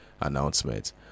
announcement